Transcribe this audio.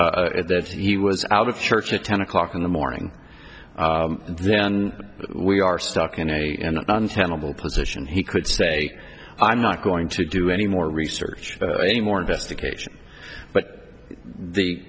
that he was out of church at ten o'clock in the morning then we are stuck in a in an untenable position he could say i'm not going to do any more research any more investigation but the